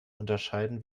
unterscheiden